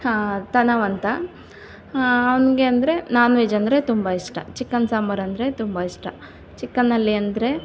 ಹಾಂ ತನವ್ ಅಂತ ಅವ್ನಿಗೆ ಅಂದರೆ ನಾನ್ ವೆಜ್ ಅಂದರೆ ತುಂಬ ಇಷ್ಟ ಚಿಕನ್ ಸಾಂಬರೆಂದ್ರೆ ತುಂಬ ಇಷ್ಟ ಚಿಕನಲ್ಲಿ ಅಂದರೆ